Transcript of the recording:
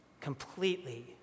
completely